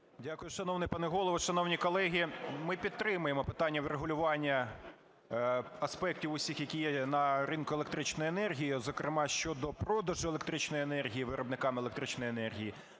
Дякую, шановний пане Голово. Шановні колеги, ми підтримуємо питання врегулювання аспектів усіх, які є на ринку електричної енергії, зокрема щодо продажу електричної енергії виробниками електричної енергії.